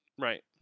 right